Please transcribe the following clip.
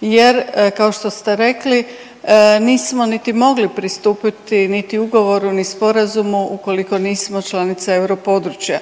Jer kao što ste rekli nismo niti mogli pristupiti niti ugovoru, ni sporazumu ukoliko nismo članica europodručja.